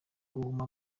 guhuma